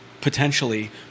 potentially